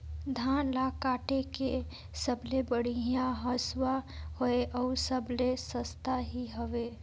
धान ल काटे के सबले बढ़िया हंसुवा हवये? अउ सबले सस्ता भी हवे?